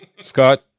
Scott